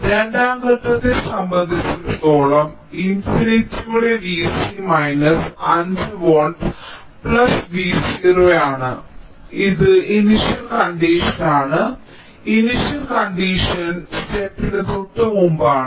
അതിനാൽ രണ്ടാം ഘട്ടത്തെ സംബന്ധിച്ചിടത്തോളം ഇൻഫിനിറ്റിയുടെ V c minus 5 volt V c 0 ആണ് ഇത് ഇനിഷ്യൽ കണ്ടീഷൻ ആണ് ഇനിഷ്യൽ കണ്ടീഷൻ ഘട്ടത്തിന് തൊട്ടുമുമ്പാണ്